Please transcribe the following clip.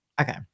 Okay